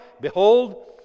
behold